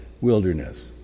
wilderness